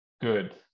Good